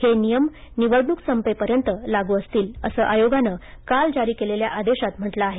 हे नियम निवडणूक संपेपर्यंत लागू असतील असं आयोगानं काल जारी केलेल्या आदेशात म्हटलं आहे